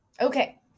okay